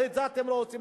ואת זה אתם לא עושים.